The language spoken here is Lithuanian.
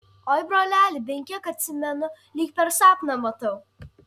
oi broleli bent kiek atsimenu lyg per sapną matau